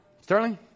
Sterling